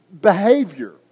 behavior